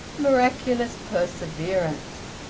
miraculous perseverance.